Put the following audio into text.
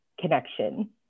connection